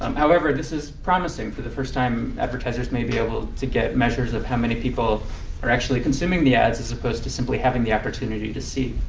um however, this is promising. for the first time advertisers may be able to get measures of how many people are actually consuming the ads as opposed to simply having the opportunity to see.